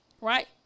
right